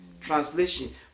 translation